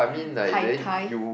tai tai